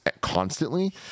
constantly